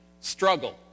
Struggle